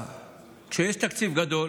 כשיש תקציב גדול,